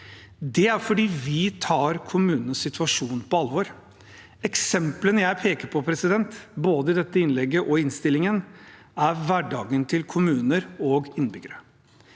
Det er fordi vi tar kommunenes situasjon på alvor. Eksemplene jeg peker på, både i dette innlegget og i innstillingen, er hverdagen til kommuner og innbyggere.